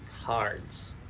cards